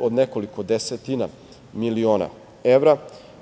od nekoliko desetina miliona evra.